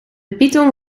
python